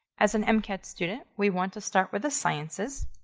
as an mcat student, we want to start with the sciences.